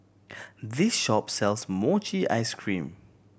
this shop sells mochi ice cream